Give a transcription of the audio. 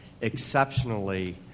exceptionally